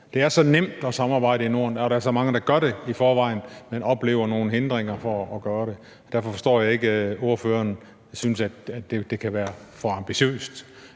Det er så nemt at samarbejde i Norden, og der er så mange, der gør det i forvejen, men oplever nogle hindringer for at gøre det. Derfor forstår jeg ikke, at ordføreren synes, at det kan være for ambitiøst.